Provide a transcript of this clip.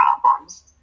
problems